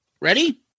Ready